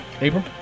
April